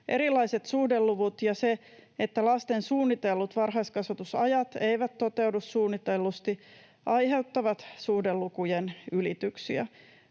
Erilaiset suhdeluvut ja se, että lasten suunnitellut varhaiskasvatusajat eivät toteudu suunnitellusti, aiheuttavat suhdelukujen ylityksiä.